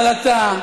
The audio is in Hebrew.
אבל אתה,